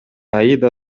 аида